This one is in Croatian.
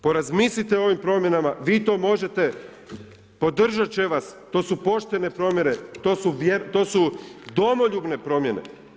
Porazmislite o ovim promjenama, vi to možete, podržat će vas, to su poštene promjene, to su domoljubne promjene.